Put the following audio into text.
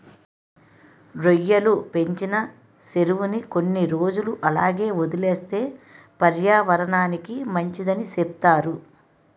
రొయ్యలు పెంచిన సెరువుని కొన్ని రోజులు అలాగే వదిలేస్తే పర్యావరనానికి మంచిదని సెప్తారు